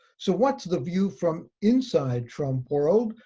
so what's the view from inside trump world?